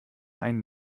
einen